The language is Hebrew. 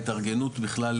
התארגנות בכלל,